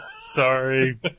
Sorry